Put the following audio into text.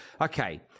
Okay